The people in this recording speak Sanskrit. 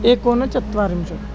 एकोनचत्वारिंशत्